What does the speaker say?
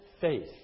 faith